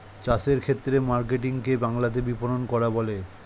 চাষের ক্ষেত্রে মার্কেটিং কে বাংলাতে বিপণন করা বলে